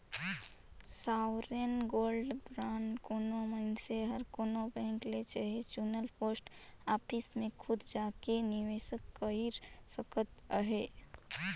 sovereign gold bond कोनो मइनसे हर कोनो बेंक ले चहे चुनल पोस्ट ऑफिस में खुद जाएके निवेस कइर सकत अहे